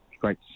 great